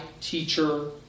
teacher